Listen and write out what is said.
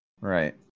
Right